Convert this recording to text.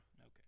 Okay